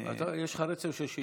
יש לך רצף של שאילתות.